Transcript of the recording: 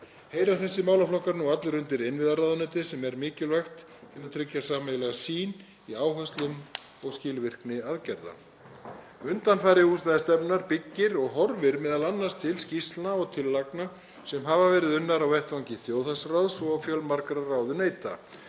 Heyra þessir málaflokkar nú allir undir innviðaráðuneytið sem er mikilvægt til að tryggja sameiginlega sýn í áherslum og skilvirkni aðgerða. Undanfari húsnæðisstefnunnar byggir og horfir m.a. til skýrslna og tillagna sem hafa verið unnar á vettvangi þjóðhagsráðs og ráðuneyta.